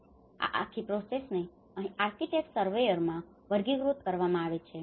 તેથી આ આખી પ્રોસેસને અહીં આર્કિટેક્ટ્સ સર્વેયરોમાં surveyour સર્વેક્ષણકારો વર્ગીકૃત કરવામાં આવે છે